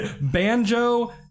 Banjo